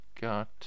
got